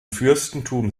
fürstentum